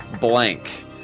Blank